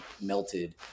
melted